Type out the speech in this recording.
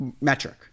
metric